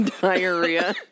diarrhea